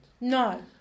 No